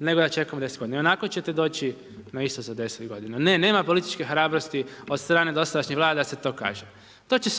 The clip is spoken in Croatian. nego da čekamo 10 g. Ionako ćete doći na isto za 10 g. Ne, nema političke hrabrosti, od strane dosadašnjih vlada da se to kaže, to će